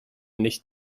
nicht